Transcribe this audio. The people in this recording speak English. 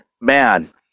man